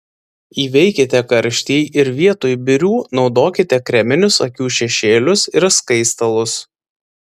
įveikite karštį ir vietoj birių naudokite kreminius akių šešėlius ir skaistalus